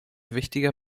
wichtiger